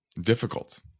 difficult